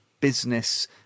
business